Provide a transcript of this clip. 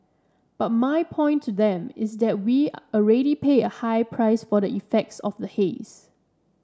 but my point to them is that we already pay a high price for the effects of the haze